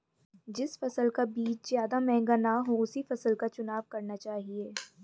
जिस फसल का बीज ज्यादा महंगा ना हो उसी फसल का चुनाव करना चाहिए